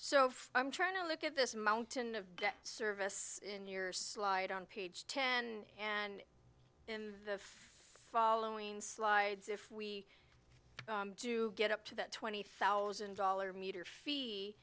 so i'm trying to look at this mountain of service in your slide on page ten and in the following slides if we do get up to that twenty thousand dollars meter fee